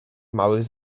małych